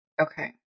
Okay